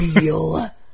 real